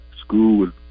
school